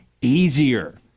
easier